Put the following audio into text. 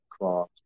cross